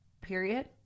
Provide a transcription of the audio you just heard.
period